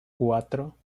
cuatro